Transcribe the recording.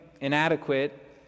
inadequate